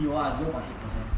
有啊 zero point eight percent